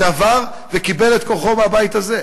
שעבר וקיבל את כוחו מהבית הזה,